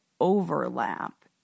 overlap